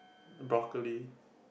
broccoli